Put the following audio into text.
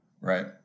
right